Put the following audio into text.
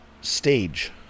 stage